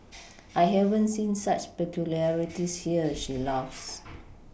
I haven't seen such peculiarities here she laughs